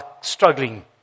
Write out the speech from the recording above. struggling